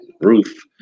Ruth